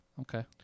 Okay